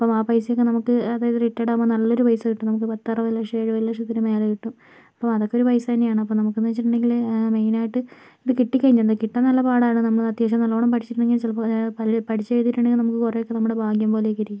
അപ്പം ആ പൈസ ഒക്കെ നമുക്ക് അതായത് റിട്ടയേർഡ് ആവുമ്പം നല്ലൊരു പൈസ കിട്ടും നമ്മക്ക് പത്ത് അറുപത് ലക്ഷം എഴുപത് ലക്ഷത്തിന് മേലെ കിട്ടും അപ്പം അത് ഒക്കെ ഒര് പൈസ തന്നെ ആണ് അപ്പം നമുക്കെന്ന് വച്ചിട്ട് ഉണ്ടെങ്കില് മെയിൻ ആയിട്ട് ഇത് കിട്ടി കഴിഞ്ഞന്ന് കിട്ടാൻ നല്ല പാടാണ് നമ്മൾ അത്യാവശ്യം നല്ലോണം പഠിച്ചിരുന്നെങ്കിൽ ചിലപ്പം അത് പലര് പഠിച്ച് എഴുതിയിട്ട് ഉണ്ടെങ്കിൽ നമുക്ക് കുറെ ഒക്കെ നമ്മുടെ ഭാഗ്യം പോലെയെ കിട്ടുള്ളൂ